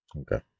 Okay